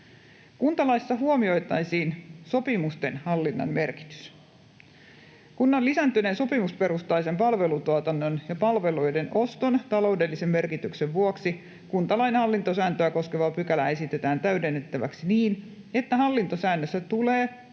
Kuntalaissa huomioitaisiin sopimusten hallinnan merkitys. Kunnan lisääntyneen sopimusperustaisen palvelutuotannon ja palveluiden oston taloudellisen merkityksen vuoksi kuntalain hallintosääntöä koskevaa pykälää esitetään täydennettäväksi niin, että hallintosäännössä tulee